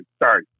Sorry